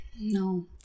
No